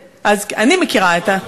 אני מכירה את ה .